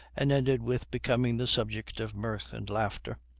and ended with becoming the subject of mirth and laughter.